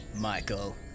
Michael